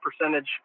percentage